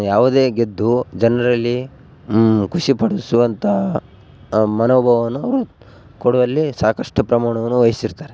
ಯಾವುದೇ ಗೆದ್ದು ಜನರಲ್ಲಿ ಖುಷಿ ಪಡಿಸುವಂಥ ಆ ಮನೋಭಾವನ ಅವರು ಕೊಡುವಲ್ಲಿ ಸಾಕಷ್ಟು ಪ್ರಮಾಣವನ್ನು ವಹಿಸಿರ್ತಾರೆ